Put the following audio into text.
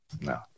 no